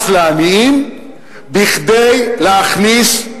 מס לעניים כדי להכניס,